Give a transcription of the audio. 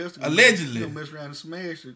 Allegedly